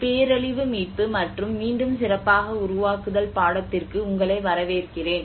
பேரழிவு மீட்பு மற்றும் மீண்டும் சிறப்பாக உருவாக்குதல் பாடத்திற்கு உங்களை வரவேற்கிறேன்